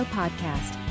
podcast